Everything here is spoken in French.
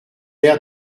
l’air